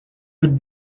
good